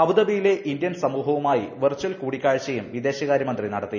അബുദാബിയിലെ ഇന്ത്യൻ സമൂഹവുമായി വെർചൽ കൂടിക്കാഴ്ചയും വിദേശകാര്യമന്ത്രി നടത്തി